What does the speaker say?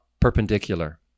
perpendicular